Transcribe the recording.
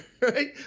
right